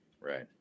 right